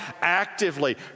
actively